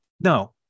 no